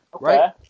right